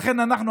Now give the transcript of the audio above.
לכן אנחנו,